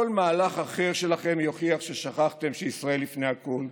כל מהלך אחר שלכם יוכיח ששכחתם שישראל לפני הכול,